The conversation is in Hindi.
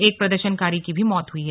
एक प्रदर्शनकारी की भी मौत हुई है